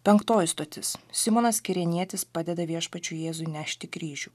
penktoji stotis simonas kirėnietis padeda viešpačiui jėzui nešti kryžių